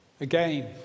again